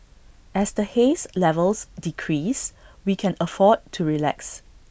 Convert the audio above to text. as the haze levels decrease we can afford to relax